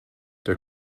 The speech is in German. der